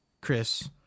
chris